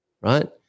right